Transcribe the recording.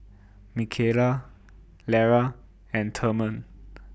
Mikayla Lera and Therman